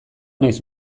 nahiz